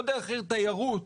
לא דרך עיר תיירות